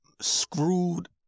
screwed